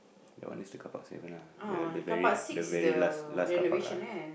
that one is the carpark seven ah the the very the very last last carpark ah